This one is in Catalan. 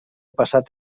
passat